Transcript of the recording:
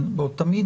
המקורות,